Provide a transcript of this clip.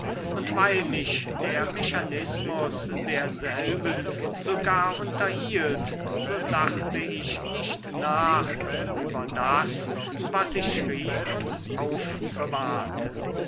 und weil mich der mechanismus derselben sogar unterhielt so dachte ich nicht nach über das was ich schrieb und aufbewahrte